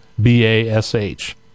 B-A-S-H